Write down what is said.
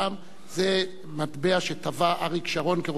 זה מטבע שטבע אריק שרון כראש ממשלה.